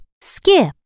skip